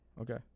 Okay